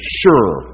sure